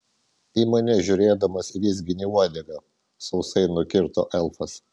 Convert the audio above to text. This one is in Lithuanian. į mane žiūrėdamas vizgini uodegą sausai nukirto elfas